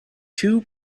two